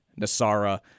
Nasara